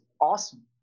awesome